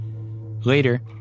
Later